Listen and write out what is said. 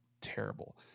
terrible